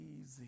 easy